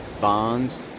bonds